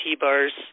T-bars